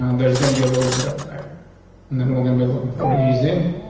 um there's gonna be a little bit of typing and then we're gonna be looking for a reason.